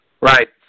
Right